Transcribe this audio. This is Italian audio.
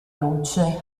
luce